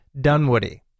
Dunwoody